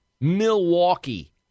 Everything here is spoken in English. Milwaukee